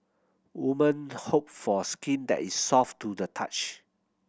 woman hope for skin that is soft to the touch